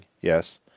Yes